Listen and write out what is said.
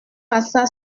passa